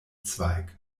zweig